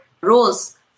roles